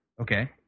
Okay